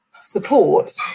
support